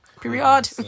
Period